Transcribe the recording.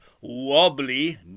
wobbly